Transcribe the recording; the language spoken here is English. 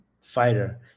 fighter